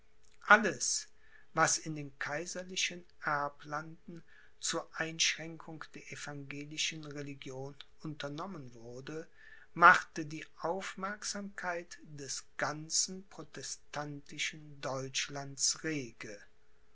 alles was in den kaiserlichen erblanden zu einschränkung der evangelischen religion unternommen wurde machte die aufmerksamkeit des ganzen protestantischen deutschlands rege